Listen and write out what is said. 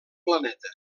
planeta